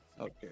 Okay